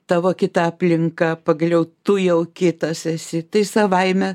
tavo kita aplinka pagaliau tu jau kitas esi tai savaime